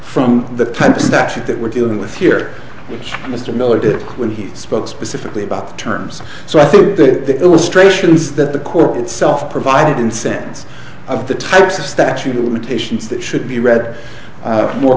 from the time statute that we're dealing with here mr miller did when he spoke specifically about the terms so i think that the illustrations that the court itself provided in sense of the types of statute of limitations that should be read more